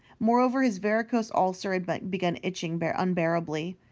moreover his varicose ulcer had but begun itching but unbearably.